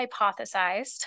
hypothesized